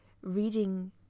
reading